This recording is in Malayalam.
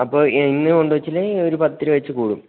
അപ്പോൾ ഇന്ന് കൊണ്ട് വെച്ചില്ലെങ്കിൽ ഒരു പത്ത് രൂപ വെച്ച് കൂടും